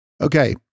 Okay